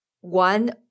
one